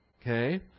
Okay